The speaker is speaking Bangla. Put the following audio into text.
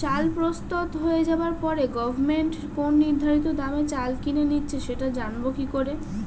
চাল প্রস্তুত হয়ে যাবার পরে গভমেন্ট কোন নির্ধারিত দামে চাল কিনে নিচ্ছে সেটা জানবো কি করে?